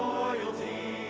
loyalty